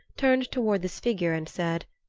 turned toward this figure and said,